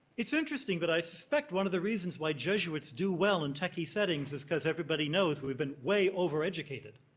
it's interesting that i suspect one of the reasons why jesuits do well in techie settings is because everybody knows we've been way overeducated.